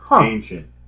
Ancient